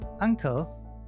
Uncle